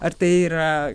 ar tai yra